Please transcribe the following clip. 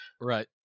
Right